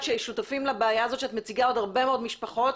ששותפים לבעיה הזו שאת מציגה עוד הרבה מאוד משפחות.